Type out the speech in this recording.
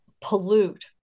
pollute